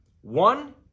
One